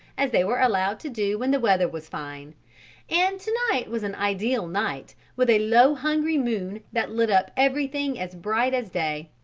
as they were allowed to do when the weather was fine and to-night was an ideal night with a low hungry moon that lit up everything as bright as day.